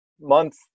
month